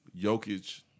Jokic